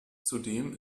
zudem